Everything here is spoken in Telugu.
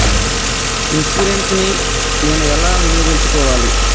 ఇన్సూరెన్సు ని నేను ఎలా వినియోగించుకోవాలి?